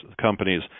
companies